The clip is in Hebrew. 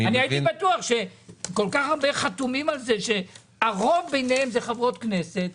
כל כך הרבה חתומים כאשר רוב החותמים אלה חברות כנסת,